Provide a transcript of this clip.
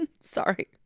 Sorry